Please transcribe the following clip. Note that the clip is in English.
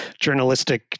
journalistic